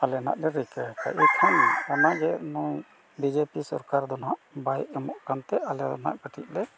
ᱟᱞᱮ ᱱᱟᱜ ᱞᱮ ᱨᱤᱠᱟᱹ ᱟᱠᱟᱫᱟ ᱤᱠᱷᱟᱹᱱ ᱚᱱᱟᱜᱮ ᱱᱩᱭ ᱵᱤᱡᱮᱯᱤ ᱥᱚᱨᱠᱟᱨ ᱫᱚ ᱱᱟᱜ ᱵᱟᱭ ᱮᱢᱚᱜ ᱠᱟᱱᱛᱮ ᱟᱞᱮ ᱫᱚ ᱱᱟᱜ ᱠᱟᱹᱴᱤᱡ ᱞᱮ